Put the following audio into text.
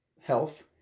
health